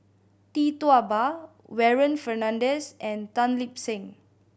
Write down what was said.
Tee Tua Ba Warren Fernandez and Tan Lip Seng